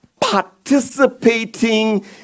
participating